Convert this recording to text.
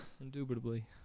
Indubitably